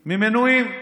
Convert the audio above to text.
ממנויים.